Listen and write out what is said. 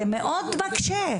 זה מאוד מקשה.